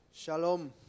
Shalom